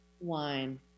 wine